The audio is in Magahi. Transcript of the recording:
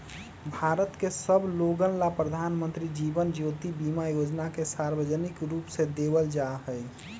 भारत के सब लोगन ला प्रधानमंत्री जीवन ज्योति बीमा योजना के सार्वजनिक रूप से देवल जाहई